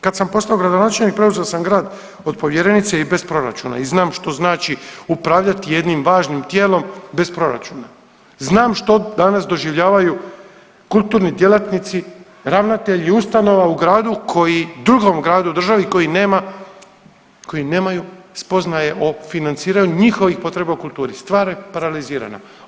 Kad sam postao gradonačelnik preuzeo sam grad od povjerenice i bez proračuna i znam što znači upravljati jednim važnim tijelom bez proračuna, znam što danas doživljavaju kulturni djelatnici i ravnatelji ustanova u gradu koji, drugom gradu u državi koji nema, koji nemaju spoznaje o financiranju njihovih potreba u kulturi, stvar je paralizirana.